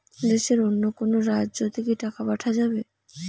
দেশের অন্য কোনো রাজ্য তে কি টাকা পাঠা যাবে?